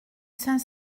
saint